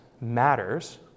matters